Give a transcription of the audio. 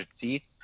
seats